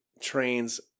trains –